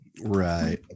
Right